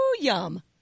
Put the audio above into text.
yum